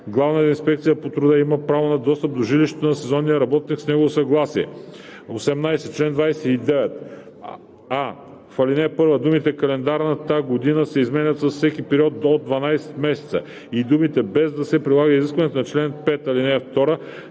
„Главна инспекция по труда“ има право на достъп до жилището на сезонния работник с негово съгласие.“ 18. В чл. 29: а) в ал. 1 думите „календарната година“ се заменят с „всеки период от 12 месеца“ и думите „без да се прилага изискването по чл. 5, ал. 2“